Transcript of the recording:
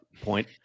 point